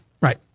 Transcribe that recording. Right